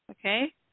Okay